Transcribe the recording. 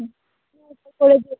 হুম নৌকো করে যেতে হবে